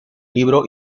libro